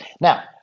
now